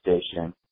station